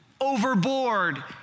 overboard